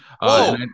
Whoa